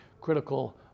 critical